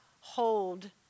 hold